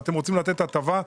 אתם רוצים לתת הטבה?